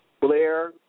Blair